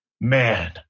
man